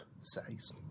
says